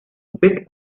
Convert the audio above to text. bit